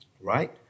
right